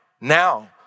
now